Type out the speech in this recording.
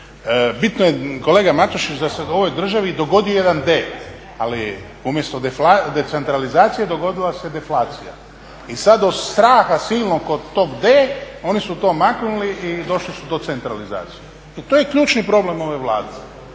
Bitno je kolega Matušić da se ovoj državi dogodio jedan D, ali umjesto decentralizacije dogodila se deflacija. I sad od straha silnog od tog D oni su to maknuli i došli do centralizacije. I to je ključni problem ove Vlade.